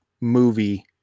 movie